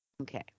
okay